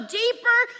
deeper